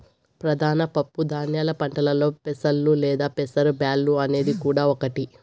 ప్రధాన పప్పు ధాన్యాల పంటలలో పెసలు లేదా పెసర బ్యాల్లు అనేది కూడా ఒకటి